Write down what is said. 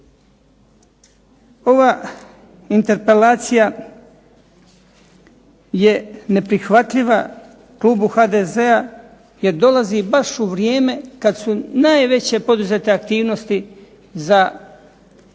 Ova interpelacija je neprihvatljiva klubu HDZ-a jer dolazi baš u vrijeme kad su najveće poduzete aktivnosti za što